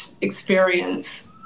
experience